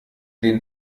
den